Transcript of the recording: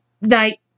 night